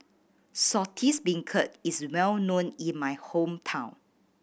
Saltish Beancurd is well known in my hometown